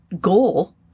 goal